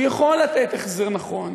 הוא יכול לתת החזר נכון.